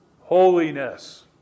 holiness